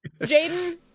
Jaden